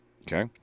Okay